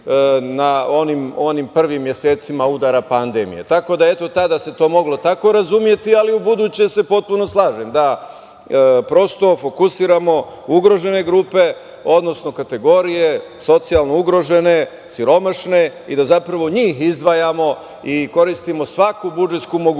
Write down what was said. u onim prvim mesecima udara pandemije. Tada se to moglo tako razumeti, ali u buduće se potpuno slažem da prosto fokusiramo ugrožene grupe, odnosno kategorije socijalno ugrožene, siromašne i da njih izdvajamo i koristimo svaku budžetsku mogućnost